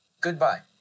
Goodbye